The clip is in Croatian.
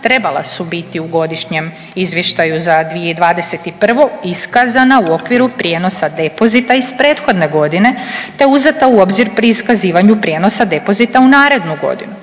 trebala su biti u godišnjem izvještaju za 2021. iskazana u okviru prijenosa depozita iz prethodne godine, te uzeta u obzir pri iskazivanju prijenosa depozita u narednu godinu.